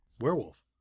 Werewolf